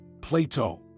Plato